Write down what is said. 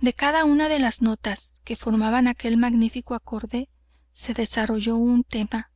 de cada una de las notas que formaban aquel magnífico acorde se desarrolló un tema